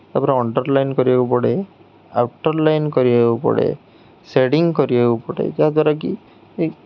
ତା'ପରେ ଅଣ୍ଡର୍ଲାଇନ୍ କରିବାକୁ ପଡ଼େ ଆଉଟର୍ ଲାଇନ୍ କରିବାକୁ ପଡ଼େ ସେଡ଼ିଙ୍ଗ୍ କରିବାକୁ ପଡ଼େ ଯାହା ଦ୍ଵାରାକି